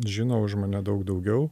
žino už mane daug daugiau